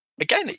Again